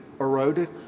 eroded